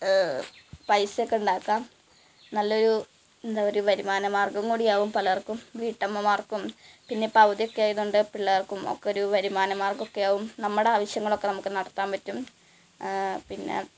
പൈസ ഒക്കെ ഉണ്ടാക്കാം നല്ലൊരു എന്താണ് ഒരു വരുമാനമാര്ഗം കൂടിയാവും പലര്ക്കും വീട്ടമ്മമാര്ക്കും പിന്നെ ഇപ്പം അവധിയൊക്കെ ആയതുകൊണ്ട് പിള്ളേര്ക്കും ഒക്കെ ഒരു വരുമാന മാര്ഗം ഒക്കെയാവും നമ്മുടെ ആവശ്യങ്ങളൊക്കെ നമുക്ക് നടത്താൻ പറ്റും പിന്നെ